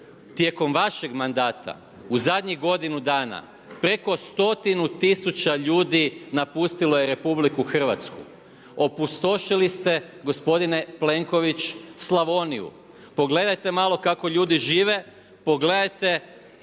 Tijekom vašeg manda tu zadnjih godinu dana preko stotinu tisuća ljudi napustilo je RH. Opustošili ste gospodin e Plenković Slavoniju, pogledajte malo kako ljudi žive, pogledajte